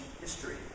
history